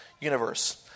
universe